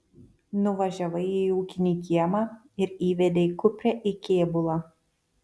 nuvažiavai į ūkinį kiemą ir įvedei kuprę į kėbulą